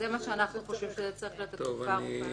אנחנו חושבים שזה צריך להיות תקופה ארוכה יותר.